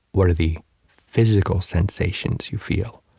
what are the physical sensations you feel?